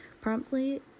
promptly